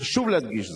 חשוב להדגיש זאת.